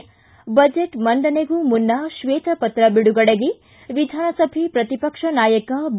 ಿ ಬಜೆಟ್ ಮಂಡನೆಗೂ ಮುನ್ನ ಕ್ಷೇತಪತ್ರ ಬಿಡುಗಡೆಗೆ ವಿಧಾನಸಭೆ ಪ್ರತಿಪಕ್ಷೆ ನಾಯಕ ಬಿ